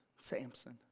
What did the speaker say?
Samson